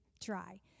try